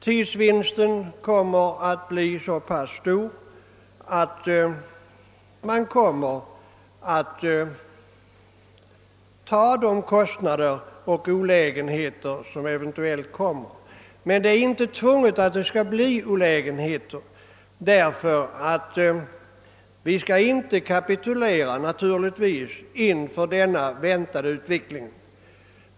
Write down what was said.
Tidsvinsten blir så stor, att man kommer att ta de kostnader och anstränga sig för att övervinna de olägenheter som eventuellt uppkommer. Men det behöver inte nödvändigtvis bli några olägenheter, ty vi skall naturligtvis inte kapitulera inför den väntade utvecklingen.